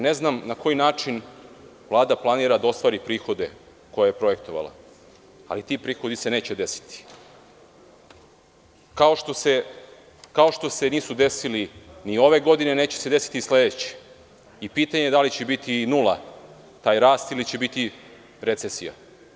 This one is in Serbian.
Ne znam na koji način Vlada planira da ostvari prihode koje je projektovala, ali ti prihodi se neće desiti, kao što se nisu ni desili ove godine, pa neće ni sledeće i pitanje je da li će biti nula taj rast ili će biti recesija.